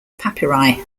papyri